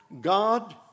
God